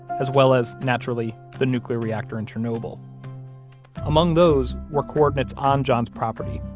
as well as, naturally, the nuclear reactor in chernobyl among those were coordinates on john's property.